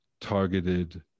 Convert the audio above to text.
targeted